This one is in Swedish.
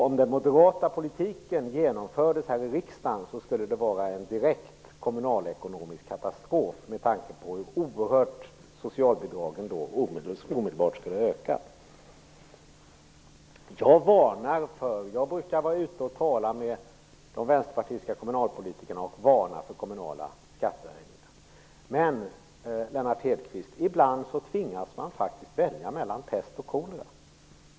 Om den moderata politiken genomfördes här i riksdagen skulle det vara en direkt kommunalekonomisk katastrof, med tanke på att socialbidragen då omedelbart skulle öka oerhört mycket. Jag brukar vara ute och tala med de vänsterpartistiska kommunalpolitikerna och varna för kommunala skattehöjningar. Men ibland tvingas man, Lennart Hedquist, välja mellan pest och kolera.